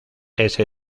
ese